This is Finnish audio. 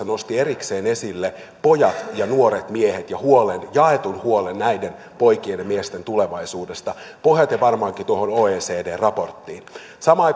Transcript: nosti erikseen esille eilisessä budjettikeskustelussa pojat ja nuoret miehet ja jaetun huolen näiden poikien ja miesten tulevaisuudesta pohjaten varmaankin tuohon oecdn raporttiin kun samaan